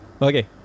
Okay